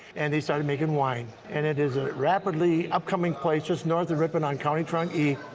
and they started making wine. and it is a rapidly upcoming place, just north of ripon on county route e.